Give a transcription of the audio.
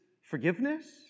forgiveness